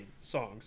songs